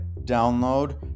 download